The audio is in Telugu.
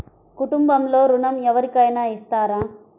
కుటుంబంలో ఋణం ఎవరికైనా ఇస్తారా?